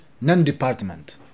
non-department